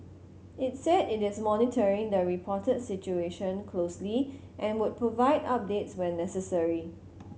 it said it is monitoring the reported situation closely and would provide updates when necessary